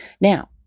Now